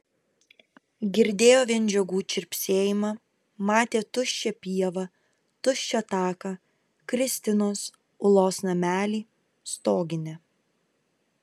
girdėjo vien žiogų čirpsėjimą matė tuščią pievą tuščią taką kristinos ulos namelį stoginę